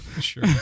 Sure